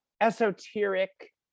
esoteric